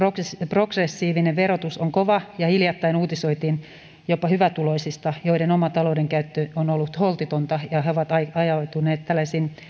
progressiivinen verotus on kova ja hiljattain uutisoitiin jopa hyvätuloisista joiden oma taloudenkäyttö on ollut holtitonta ja he ovat ajautuneet tällaisiin